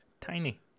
Tiny